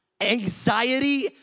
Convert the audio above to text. Anxiety